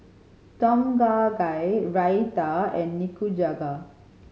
Tom Kha Gai Raita and Nikujaga